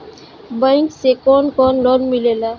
Bank से कौन कौन लोन मिलेला?